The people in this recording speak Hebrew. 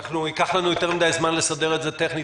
ייקח לנו יותר מדי זמן לסדר את זה טכנית.